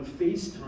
FaceTime